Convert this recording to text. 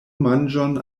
manĝon